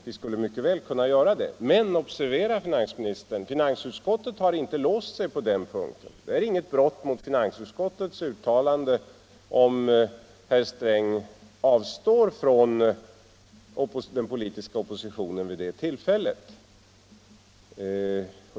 Vi skulle mycket väl kunna sitta tillsammans, men observera, finansministern, finansutskottet har inte låst sig på den punkten. Det är inget brott mot finansutskottets uttalande, om herr Sträng avstår från den politiska oppositionen vid det tillfället.